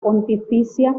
pontificia